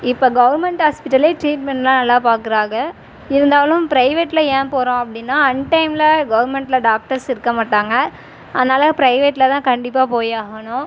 இப்போ கவர்மண்ட் ஹாஸ்பிட்டலில் ட்ரீட்மெண்ட்லாம் நல்லா பார்க்குறாக இருந்தாலும் ப்ரைவேட்டில் ஏன் போகிறோம் அப்படின்னா அன்டைமில் கவர்மண்ட்டில் டாக்டர்ஸ் இருக்க மாட்டாங்க அதனால் ப்ரைவேட்டில்தான் கண்டிப்பாக போய் ஆகணும்